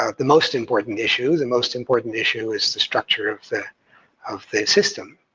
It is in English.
ah the most important issue. the most important issue is the structure of the of the system.